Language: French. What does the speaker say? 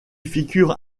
figures